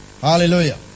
Hallelujah